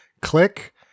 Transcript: click